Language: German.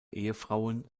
ehefrauen